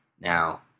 now